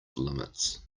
limits